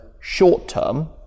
short-term